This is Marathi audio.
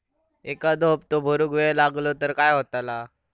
एखादो हप्तो भरुक वेळ लागलो तर काय होतला?